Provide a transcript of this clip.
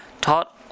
taught